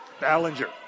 Ballinger